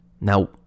Now